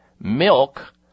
milk